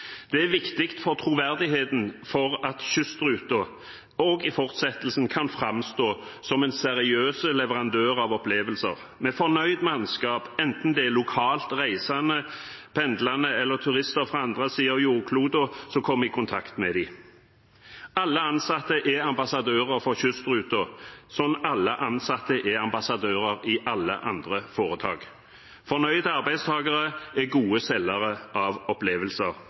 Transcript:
Det er viktig for troverdigheten for at kystruten også i fortsettelsen kan framstå som en seriøs leverandør av opplevelser, med fornøyd mannskap, enten det er lokalt reisende, pendlende eller turister fra andre siden av jordkloden som kommer i kontakt med dem. Alle ansatte er ambassadører for kystruten, sånn alle ansatte er ambassadører i alle andre foretak. Fornøyde arbeidstakere er gode selgere av opplevelser,